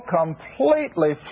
completely